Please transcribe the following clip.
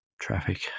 traffic